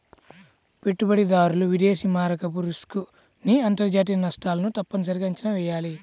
పెట్టుబడిదారులు విదేశీ మారకపు రిస్క్ ని అంతర్జాతీయ నష్టాలను తప్పనిసరిగా అంచనా వెయ్యాలి